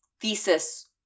thesis